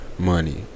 Money